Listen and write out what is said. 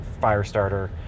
Firestarter